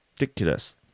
ridiculous